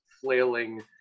flailing